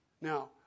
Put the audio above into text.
Now